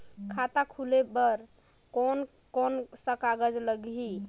खाता खुले बार कोन कोन सा कागज़ लगही?